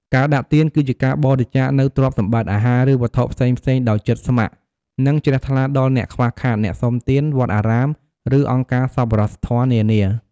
ការដាក់ទាន គឺជាការបរិច្ចាគនូវទ្រព្យសម្បត្តិ អាហារ ឬវត្ថុផ្សេងៗដោយចិត្តស្ម័គ្រ និងជ្រះថ្លាដល់អ្នកខ្វះខាត អ្នកសុំទាន វត្តអារាម ឬអង្គការសប្បុរសធម៌នានា។